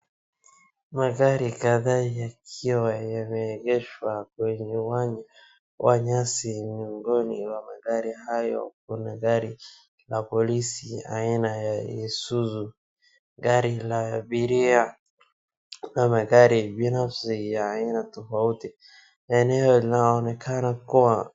Magari kadhaa yakiwa yameegeshwa kwenye uwanja wa nyasi miongoni wa magari hayo kuna gari la polisi aina ya Isuzu. Gari la abiria ama gari binafsi ya aina tofauti. Eneo linaonekana kuwa.